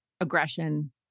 aggression